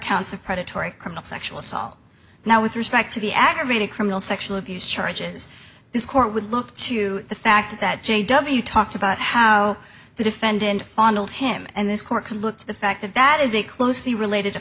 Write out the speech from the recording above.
counts of predatory criminal sexual assault now with respect to the aggravated criminal sexual abuse charges this court would look to the fact that j w talked about how the defendant fondled him and this court can look to the fact that that is a closely related